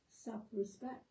self-respect